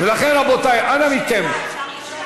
ולכן, רבותי, אנא מכם.